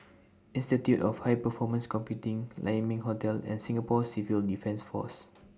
Institute of High Performance Computing Lai Ming Hotel and Singapore Civil Defence Force